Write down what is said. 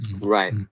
Right